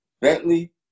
Bentley